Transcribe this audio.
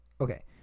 okay